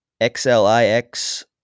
XLIX